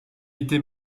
était